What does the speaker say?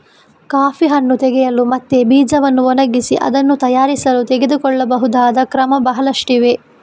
coffee ಹಣ್ಣು ತೆಗೆಯಲು ಮತ್ತು ಬೀಜವನ್ನು ಒಣಗಿಸಿ ಅದನ್ನು ತಯಾರಿಸಲು ತೆಗೆದುಕೊಳ್ಳಬಹುದಾದ ಕ್ರಮ ಬಹಳಷ್ಟಿವೆ